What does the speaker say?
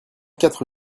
quatre